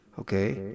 Okay